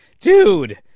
dude